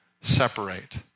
separate